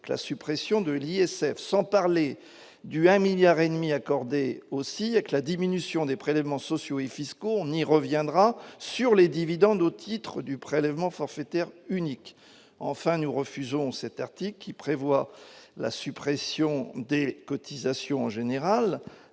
la suppression de l'ISF, sans parler du 1000000000 et demi accordé aussi avec la diminution des prélèvements sociaux et fiscaux, on y reviendra sur les dividendes au titre du prélèvement forfaitaire unique, enfin nous refusons cet article qui prévoit la suppression des cotisations en général